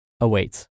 awaits